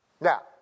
Now